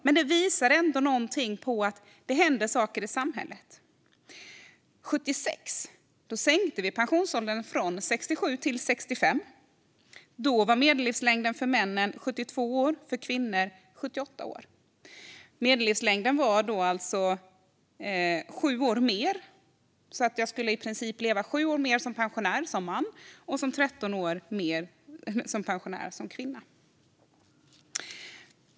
Men det visar på att det händer saker i samhället. År 1976 sänkte vi pensionsåldern från 67 till 65. Då var medellivslängden 72 år för män och 78 år för kvinnor. Medellivslängden var alltså 7 år högre. Man skulle i princip leva som pensionär i 7 år som man och i 13 år som kvinna.